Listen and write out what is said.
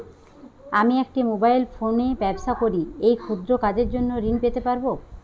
আমি একটি মোবাইল ফোনে ব্যবসা করি এই ক্ষুদ্র কাজের জন্য ঋণ পেতে পারব?